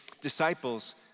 disciples